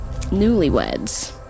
Newlyweds